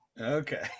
Okay